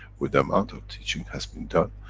with the amount of teachings has been done,